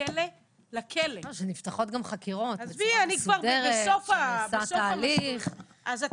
אפליקציה פשוטה בתוך הטלפון וברגע שמישהו